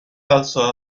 also